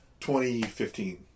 2015